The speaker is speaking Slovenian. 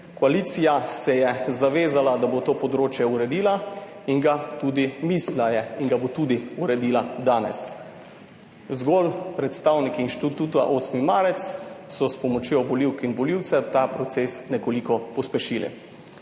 Koalicija se je zavezala, da bo to področje uredila, tu na mizi je in ga bo tudi uredila danes. Predstavniki Inštituta 8. marec so s pomočjo volivk in volivcev ta proces zgolj nekoliko pospešili.